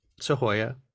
Sahoya